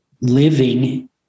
living